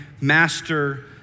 master